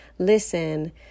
Listen